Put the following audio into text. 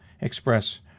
express